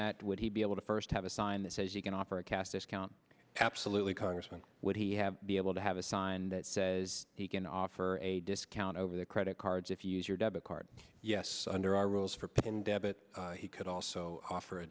that would he be able to first have a sign that says you can offer a cassis count absolutely congressman would he have be able to have a sign that says he can offer a discount over the credit cards if you use your debit card yes under our rules for pin debit he could also offer a